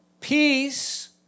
Peace